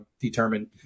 determine